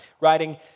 writing